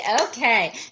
Okay